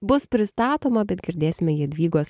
bus pristatoma bet girdėsime jadvygos